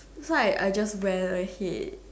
if like I just went ahead